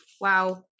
wow